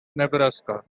nebraska